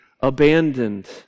abandoned